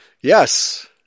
Yes